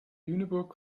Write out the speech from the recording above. lüneburg